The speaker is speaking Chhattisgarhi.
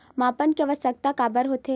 मापन के आवश्कता काबर होथे?